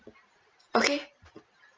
okay